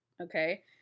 okay